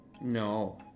No